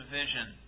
vision